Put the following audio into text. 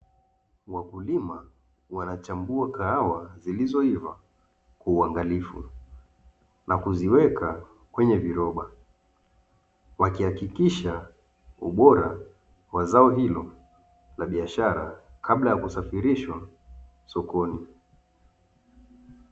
Wakulima wanachambua kahawa zilizoiva kwa uangalifu na kuziweka kwenye viroba, wakihakikisha ubora wa zao hilo la biashara, kabla ya kusafirishwa sokoni.